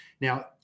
Now